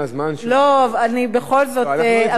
אני בכל זאת אמשיך בכך.